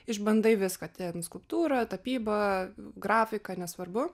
išbandai viską ten skulptūrą tapybą grafiką nesvarbu